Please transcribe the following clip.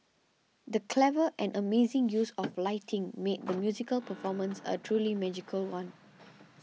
the clever and amazing use of lighting made the musical performance a truly magical one